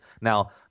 Now